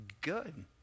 good